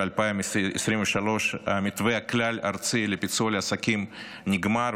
2023 המתווה הכלל-ארצי לפיצוי לעסקים נגמר,